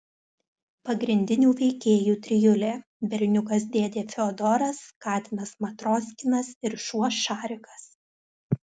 pagrindinių veikėjų trijulė berniukas dėdė fiodoras katinas matroskinas ir šuo šarikas